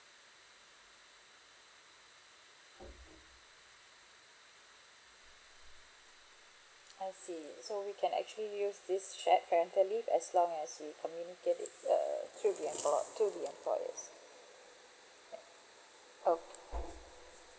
I see so we can actually use this shared parental leave as long as we communicate it err through the emplo~ to the employers uh okay